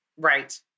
Right